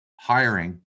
hiring